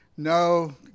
No